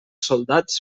soldats